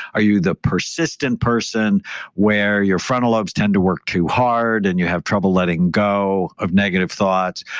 are you the persistent person where your frontal lobes tend to work too hard and you have trouble letting go of negative thoughts?